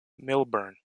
millburn